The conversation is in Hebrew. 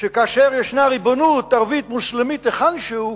שכאשר ישנה ריבונות ערבית-מוסלמית היכן שהוא,